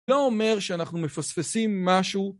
לא אומר שאנחנו מפספסים משהו.